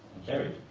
carried.